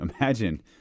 Imagine